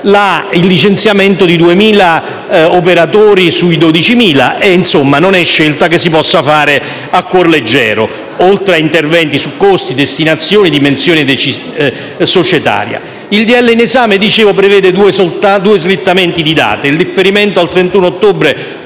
però il licenziamento di 2.000 operatori su 12.000 - non è quindi una scelta che si possa fare a cuor leggero - oltre a interventi su costi, destinazioni, dimensione societaria. Il decreto-legge in esame prevede due slittamenti di date: il differimento al 31 ottobre